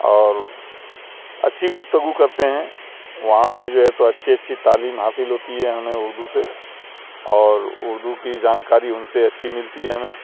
اور اچھی گفتگو کرتے ہیں وہاں سے جو ہے تو اچھی اچھی تعلیم حاصل ہوتی ہے ہمیں اردو سے اور اردو کی جانکاری ان سے اچھی ملتی ہے ہمیں